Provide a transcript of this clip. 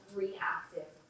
reactive